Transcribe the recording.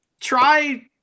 try